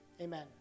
amen